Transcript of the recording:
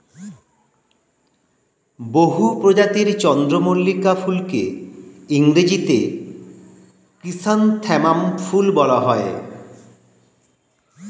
বহু প্রজাতির চন্দ্রমল্লিকা ফুলকে ইংরেজিতে ক্রিস্যান্থামাম ফুল বলা হয়